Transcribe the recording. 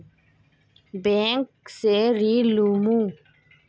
Bank से ऋण लुमू?